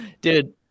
Dude